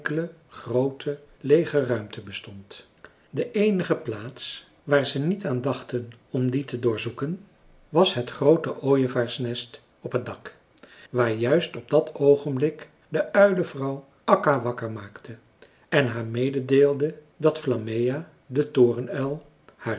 groote leege ruimte bestond de eenige plaats waar ze niet aan dachten om die te doorzoeken was het groote ooievaarsnest op het dak waar juist op dat oogenblik de uilevrouw akka wakker maakte en haar mededeelde dat flammea de torenuil